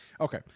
Okay